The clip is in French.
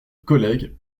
collègue